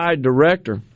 director